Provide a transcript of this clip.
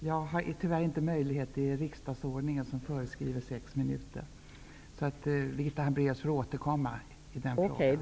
Jag har tyvärr inte möjlighet att medge det. Riksdagsordningen föreskriver att inlägget får vara högst sex minuter. Birgitta Hambraeus får återkomma.